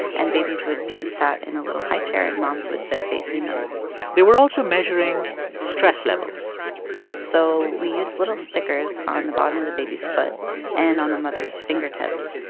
and babies would be sat in a little highchair, and moms would sit facing them they were also measuring stress levels so we used little stickers on the bottom of the baby's foot and on the mother's fingertips,